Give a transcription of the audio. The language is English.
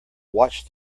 watch